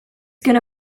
gonna